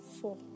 four